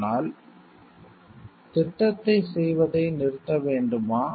ஆனால் திட்டத்தைச் செய்வதை நிறுத்த வேண்டுமா